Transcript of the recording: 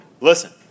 Listen